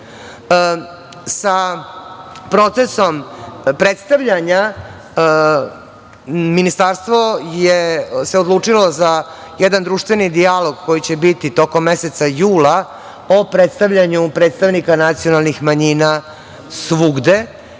procesom predstavljanja, Ministarstvo se odlučilo za jedan društveni dijalog koji će biti tokom meseca jula o predstavljanju predstavnika nacionalnih manjina svugde.